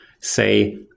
say